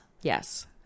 Yes